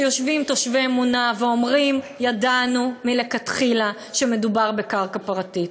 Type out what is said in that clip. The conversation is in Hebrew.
שיושבים תושבי עמונה ואומרים: ידענו מלכתחילה שמדובר בקרקע פרטית,